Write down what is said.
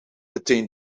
attained